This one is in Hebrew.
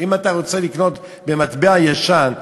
אם אתה רוצה לקנות במטבע ישן,